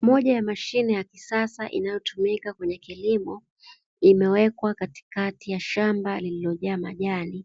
Moja ya mashine ya kisasa inayotumika kwenye kilimo, imewekwa katikati ya shamba lililojaa majani